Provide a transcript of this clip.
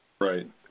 Right